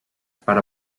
per